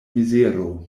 mizero